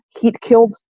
heat-killed